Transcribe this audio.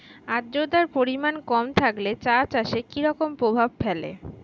আদ্রতার পরিমাণ কম থাকলে চা চাষে কি রকম প্রভাব ফেলে?